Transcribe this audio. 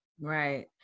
right